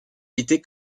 était